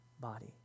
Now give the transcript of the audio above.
body